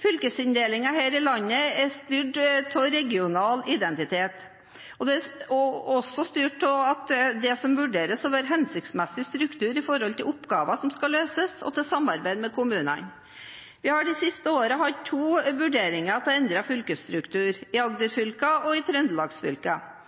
Fylkesinndelingen her i landet er styrt av regional identitet – og også styrt av det som vurderes å være en hensiktsmessig struktur med tanke på oppgaver som skal løses, og med tanke på samarbeid med kommunene. Vi har de siste årene hatt to vurderinger av endret fylkesstruktur, i Agder-fylkene og i Trøndelags-fylkene. I Agder